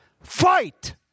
fight